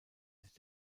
sich